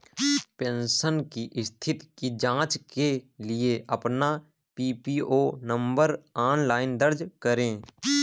pension की स्थिति की जांच के लिए अपना पीपीओ नंबर ऑनलाइन दर्ज करें